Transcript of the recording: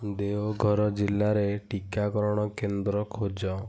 ଦେଓଗଡ଼ ଜିଲ୍ଲାରେ ଟିକାକରଣ କେନ୍ଦ୍ର ଖୋଜ